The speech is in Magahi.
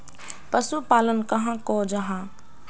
पशुपालन कहाक को जाहा?